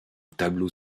tableau